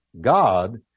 God